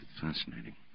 Fascinating